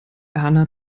erna